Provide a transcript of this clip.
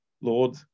Lord